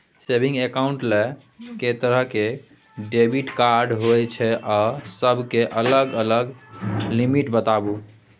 Saving accounts ल के तरह के डेबिट कार्ड होय छै आ सब के अलग अलग लिमिट बताबू?